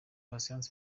patient